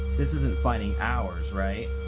this isn't finding ours, right?